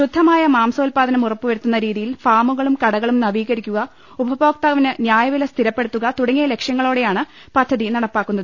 ശുദ്ധമായ മാംസോത്പാദനം ഉറപ്പു വരുത്തുന്ന രീതിയിൽ ഫാമുകളും കടകളും നവീകരിക്കുക ഉപഭോക്താവിന് ന്യായവില സ്ഥിരപ്പെടുത്തുക തുടങ്ങിയ ലക്ഷ്യങ്ങളോ ടെയാണ് പദ്ധതി നടപ്പാക്കുന്നത്